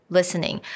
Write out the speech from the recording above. Listening